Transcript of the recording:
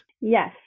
Yes